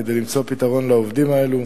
כדי למצוא פתרון לעובדים האלה,